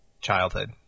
childhood